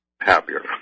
happier